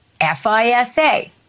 FISA